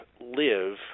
live